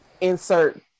insert